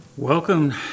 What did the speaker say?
Welcome